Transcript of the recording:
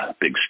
big